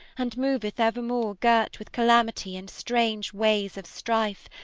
and moveth evermore girt with calamity and strange ways of strife,